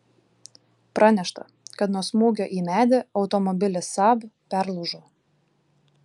pranešta kad nuo smūgio į medį automobilis saab perlūžo